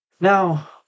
Now